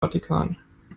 vatikan